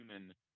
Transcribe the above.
human